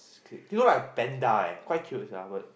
he look like a panda eh quite cute sia but